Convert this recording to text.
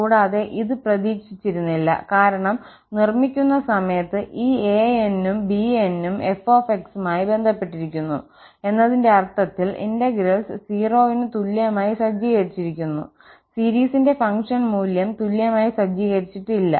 കൂടാതെ ഇത് പ്രതീക്ഷിച്ചിരുന്നില്ല കാരണം നിർമ്മിക്കുന്ന സമയത്ത് ഈ an′s ഉം bn′s ഉം f മായി ബന്ധപ്പെട്ടിരിക്കുന്നു എന്നതിന്റെ അർത്ഥത്തിൽ ഇന്റഗ്രൽസ് 0 ന് തുല്യമായി സജ്ജീകരിച്ചിരിക്കുന്നു സീരീസിന്റെ ഫംഗ്ഷൻ മൂല്യം തുല്യമായി സജ്ജീകരിച്ചിട്ടില്ല